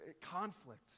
conflict